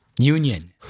Union